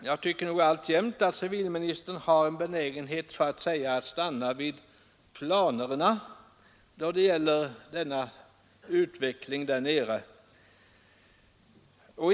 Jag tycker fortfarande att civilministern har en benägenhet att så att säga stanna vid planerna då det gäller utvecklingen nere i Skåne.